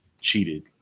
cheated